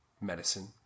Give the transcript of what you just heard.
medicine